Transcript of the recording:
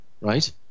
Right